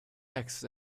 eggs